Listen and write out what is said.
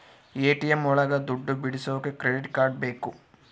ATM ಒಳಗ ದುಡ್ಡು ಬಿಡಿಸೋಕೆ ಕ್ರೆಡಿಟ್ ಕಾರ್ಡ್ ಬೇಕು